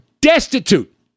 destitute